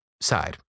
side